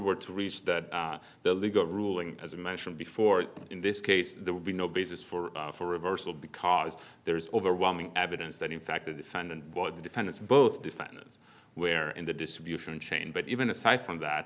were to reach that the legal ruling as i mentioned before in this case there would be no basis for for reversal because there is overwhelming evidence that in fact the defendant board the defendants both defendants where in the distribution chain but even aside from that